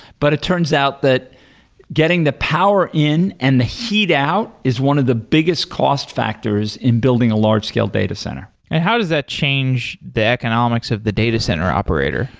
but it turns out that getting the power in and the heat out is one of the biggest cost factors in building a large-scale data center and how does that change the economics of the data center operator?